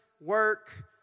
work